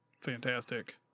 fantastic